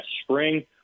Spring